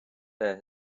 there